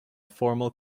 formal